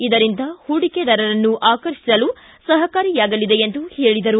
ಇದರಿಂದ ಹೂಡಿಕೆದಾರರನ್ನು ಆಕರ್ಷಿಸಲು ಸಹಕಾರಿಯಾಗಲಿದೆ ಎಂದು ಹೇಳಿದರು